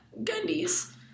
Gundy's